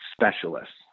specialists